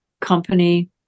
company